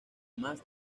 más